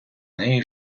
неї